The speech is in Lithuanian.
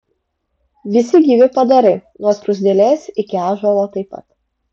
visi gyvi padarai nuo skruzdėlės iki ąžuolo taip pat